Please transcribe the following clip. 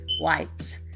wipes